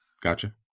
Gotcha